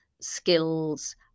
skills